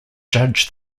judge